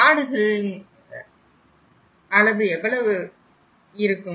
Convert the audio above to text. காடுகளை எவ்வளவு உள்ளடக்கியிருக்கும்